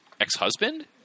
ex-husband